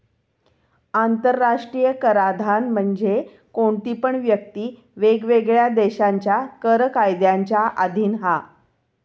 आंतराष्ट्रीय कराधान म्हणजे कोणती पण व्यक्ती वेगवेगळ्या देशांच्या कर कायद्यांच्या अधीन हा